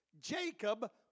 Jacob